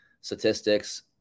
statistics